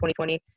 2020